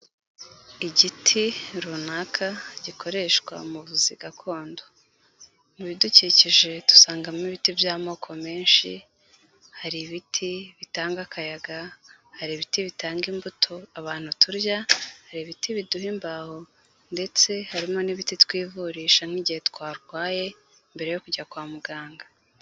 Igiti runaka gikoreshwa mu buvuzi gakondo, mu bidukikije dusangamo ibiti by'amoko menshi, hari ibiti bitanga akayaga, hari ibiti bitanga imbuto abantu turya, hari ibiti biduha imbaho ndetse harimo n'ibiti twivurisha nk'igihe twarwaye mbere yo kujya kwa muganga.